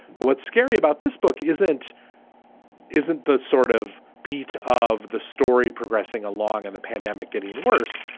but what's scary about this book isn't isn't the sort of beat of the story progressing along and the pandemic getting worse.